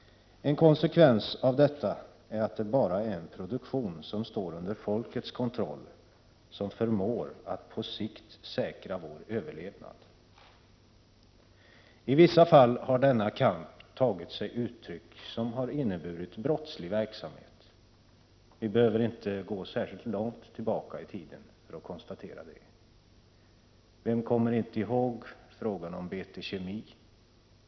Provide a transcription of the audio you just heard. En konsekvens av detta är att det bara är en produktion som står under folkets kontroll som förmår att på sikt säkra vår överlevnad. I vissa fall har denna kamp tagit sig uttryck som inneburit brottslig verksamhet. Vi behöver inte gå särskilt långt tillbaka i tiden för att konstatera det. Vem kommer t.ex. inte ihåg frågan om BT Kemi?